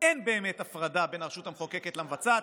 אין באמת הפרדה בין הרשות המחוקקת למבצעת.